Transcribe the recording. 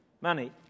money